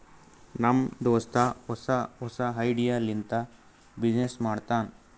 ನಮ್ ದೋಸ್ತ ಹೊಸಾ ಹೊಸಾ ಐಡಿಯಾ ಲಿಂತ ಬಿಸಿನ್ನೆಸ್ ಮಾಡ್ತಾನ್